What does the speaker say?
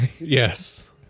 Yes